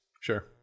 Sure